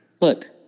Look